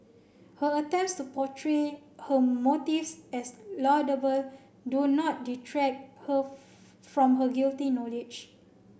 her attempts to portray her motives as laudable do not detract her from her guilty knowledge